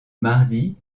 mardi